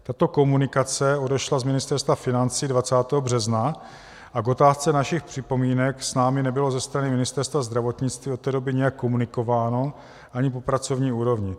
Tato komunikace odešla z Ministerstva financí 20. března a k otázce našich připomínek s námi nebylo ze strany Ministerstva zdravotnictví od té doby nijak komunikováno, ani po pracovní úrovni.